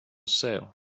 sale